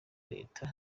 leta